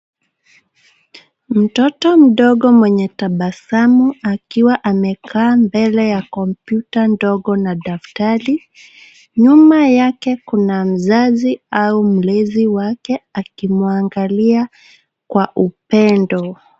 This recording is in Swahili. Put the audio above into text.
Mtoto mdogo mwenye tabasamu akiwa amekaa mbele ya kompyuta ndogo na daftari, nyuma yake kuna mzazi au mlezi wake akimwangalia kwa upendo.